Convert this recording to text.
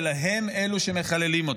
אלא הם אלו שמחללים אותו.